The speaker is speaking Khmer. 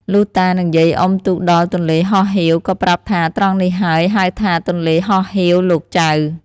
លុះតា និងយាយ អុំទូកដល់ទន្លេហោះហៀវ ក៏ប្រាប់ថា ត្រង់នេះហើយហៅថា “ទន្លេហោះហៀវលោកចៅ” ។